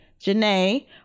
janae